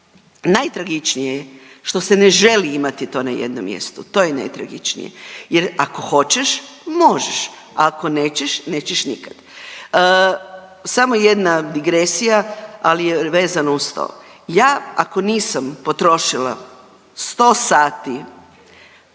Najtragičnije je što se ne želi imati to na jednom mjestu, to je najtragičnije jer ako hoćeš možeš, ako nećeš, nećeš nikad. Samo jedna digresija, ali je vezano uz to. Ja ako nisam potrošila 100 sati